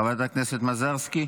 חברת הכנסת מזרסקי.